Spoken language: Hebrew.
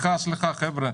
חבר'ה,